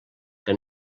que